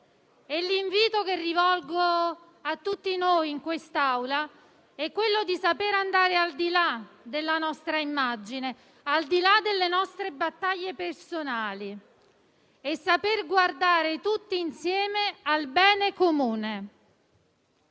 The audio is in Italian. L'invito che rivolgo a tutti noi in quest'Aula è quello di sapere andare al di là della nostra immagine, al di là delle nostre battaglie personali, e saper guardare tutti insieme al bene comune.